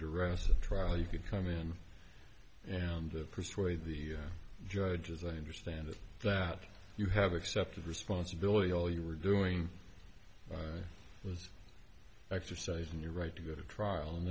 arrest at trial you could come in and persuade the judge as i understand it that you have accepted responsibility all you were doing was exercising your right to go to trial and